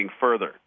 further